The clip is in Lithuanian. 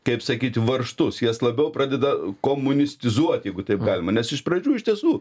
kaip sakyti varžtus jas labiau pradeda komunistizuoti jeigu taip galima nes iš pradžių iš tiesų